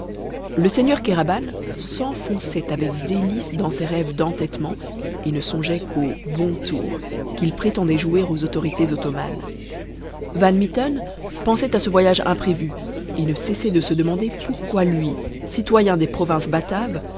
le seigneur kéraban s'enfonçait avec délices dans ses rêves d'entêtement et ne songeait qu'au bon tour qu'il prétendait jouer aux autorités ottomanes van mitten pensait à ce voyage imprévu et ne cessait de se demander pourquoi lui citoyen des provinces bataves